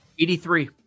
83